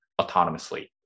autonomously